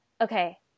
okay